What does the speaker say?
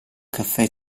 caffè